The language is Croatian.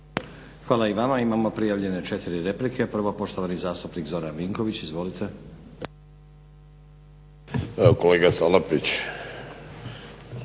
Hvala i vama. Imamo prijavljene 4 replike. Prvo poštovani zastupnik Zoran Vinković. Izvolite. **Vinković,